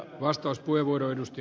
arvoisa puhemies